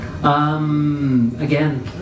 Again